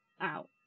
out